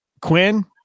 Quinn